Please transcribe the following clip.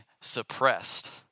suppressed